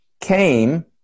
came